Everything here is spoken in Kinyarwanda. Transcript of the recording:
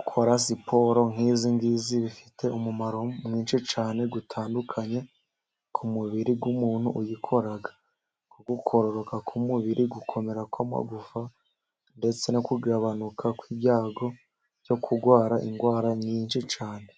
Ukora siporo nk'izi ngizi bifite umumaro mwinshi cyane utandukanye ku mubiri w'umuntu uyikora: kugororoka k'umubiri, gukomera kw'amagufa ndetse no kugabanuka kw'ibyago byo kurwara indwara nyinshi cyane.